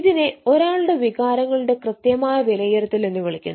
ഇതിനെ ഒരാളുടെ വികാരങ്ങളുടെ കൃത്യമായ വിലയിരുത്തൽ എന്ന് വിളിക്കുന്നു